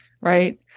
right